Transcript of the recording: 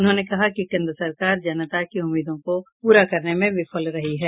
उन्होंने कहा कि केन्द्र सरकार जनता की उम्मीदों को पूरा करने में विफल रही है